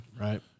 Right